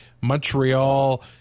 Montreal